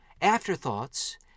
afterthoughts